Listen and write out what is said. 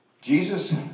Jesus